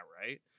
right